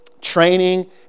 training